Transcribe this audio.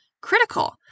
critical